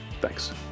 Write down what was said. Thanks